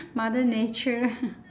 mother nature